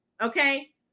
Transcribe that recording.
Okay